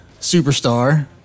superstar